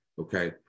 Okay